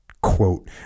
Quote